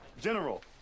General